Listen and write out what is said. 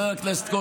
יריב,